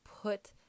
put